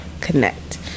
Connect